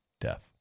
death